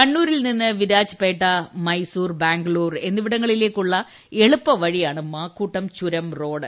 കണ്ണൂരിൽ നിന്ന് വിരാജ്പേട്ട മൈസൂർ ബാംഗ്ലൂർ എന്നിവിടങ്ങളിലേക്കുള്ള എളുപ്പ വഴിയാണ് മാക്കൂട്ടം ചുരം റോഡ്